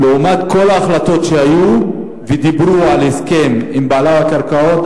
למרות כל ההחלטות שהיו ודיברו על הסכם עם בעלי הקרקעות,